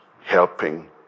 Helping